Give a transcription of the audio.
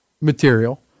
material